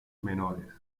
menores